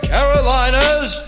Carolinas